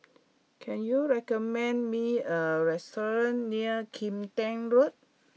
can you recommend me a restaurant near Kim Tian Road